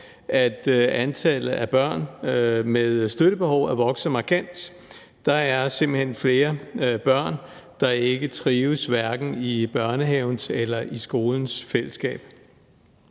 at antallet af børn med støttebehov er vokset markant. Der er simpelt hen flere børn, der ikke trives, hverken i børnehavens eller i skolens fællesskab.